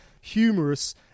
humorous